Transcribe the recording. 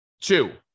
Two